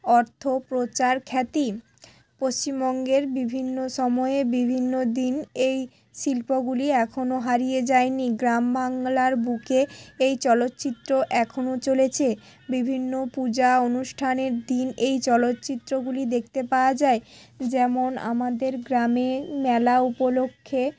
অর্থ প্রচার খ্যাতি পশ্চিমবঙ্গের বিভিন্ন সময়ে বিভিন্ন দিন এই শিল্পগুলি এখনো হারিয়ে যায়নি গ্রাম বাংলার বুকে এই চলচিত্র এখনো চলেছে বিভিন্ন পূজা অনুষ্ঠানের দিন এই চলচিত্রগুলি দেখতে পাওয়া যায় যেমন আমাদের গ্রামে মেলা উপলক্ষে